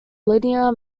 linear